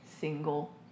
single